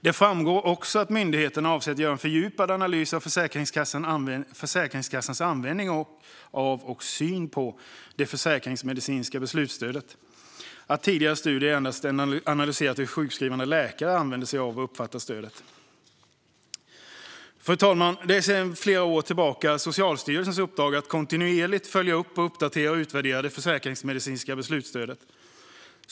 Det framgår också att myndigheterna avser att göra en fördjupad analys av Försäkringskassans användning av och syn på det försäkringsmedicinska beslutsstödet. Tidigare studier har endast analyserat hur sjukskrivande läkare använder sig av och uppfattar stödet. Fru talman! Det är sedan flera år tillbaka Socialstyrelsens uppdrag att kontinuerligt följa upp, uppdatera och utvärdera det försäkringsmedicinska beslutsstödet.